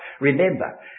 remember